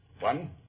One